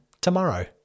tomorrow